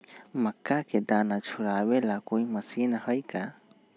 मक्का के दाना छुराबे ला कोई मशीन हई का?